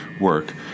work